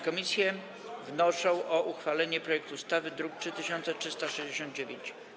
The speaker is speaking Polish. Komisje wnoszą o uchwalenie projektu ustawy z druku nr 3369.